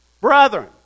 brethren